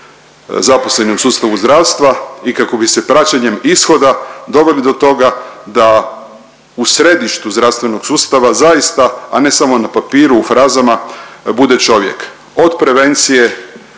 zaposleni u sustavu zdravstva i kako bi se praćenjem ishoda doveli do toga da u središtu zdravstvenog sustava zaista, a ne samo na papiru u frazama bude čovjek. Od prevencije